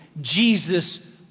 Jesus